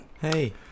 Hey